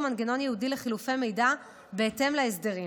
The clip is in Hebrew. מנגנון ייעודי לחילופי מידע בהתאם להסדרים